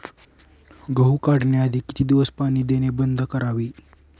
गहू काढण्याआधी किती दिवस पाणी देणे बंद करावे?